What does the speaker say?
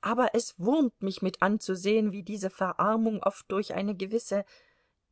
aber es wurmt mich mit anzusehen wie diese verarmung oft durch eine gewisse